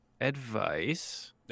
advice